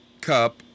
cup